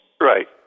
Right